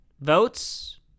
votes